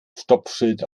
stoppschild